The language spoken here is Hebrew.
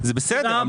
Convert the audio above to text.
זה בסדר,